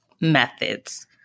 methods